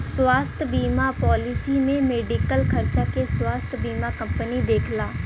स्वास्थ्य बीमा पॉलिसी में मेडिकल खर्चा के स्वास्थ्य बीमा कंपनी देखला